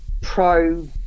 pro